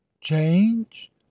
change